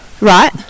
Right